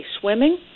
Swimming